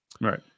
right